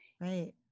right